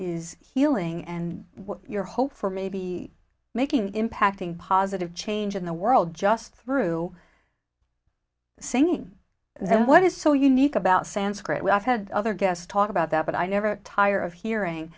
is healing and what your hope for maybe making impacting positive change in the world just through singing and what is so unique about sanskrit we have had other guests talk about that but i never tire of hearing